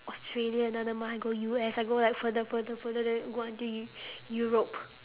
australia another month I go U_S I go like further further further then go until eu~ europe